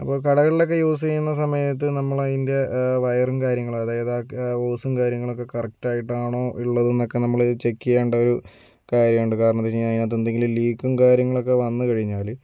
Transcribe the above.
അപ്പോൾ കടകളിലൊക്കെ യൂസെയുന്ന സമയത്ത് നമ്മളതിൻ്റെ വയറും കാര്യങ്ങളും അതായത് ആ ഓസും കാര്യങ്ങളും ഒക്കെ കറക്ട് ആയിട്ടാണോ ഉള്ളത് എന്നൊക്കെ നമ്മള് ചെക്ക് ചെയ്യണ്ടൊരു കാര്യമുണ്ട് കാരണമെന്തെന്ന് വച്ചു കഴിഞ്ഞാല് അതിനകത്തെന്തെങ്കിലും ലീക്കും കാര്യങ്ങളും ഒക്കെ വന്നു കഴിഞ്ഞാല്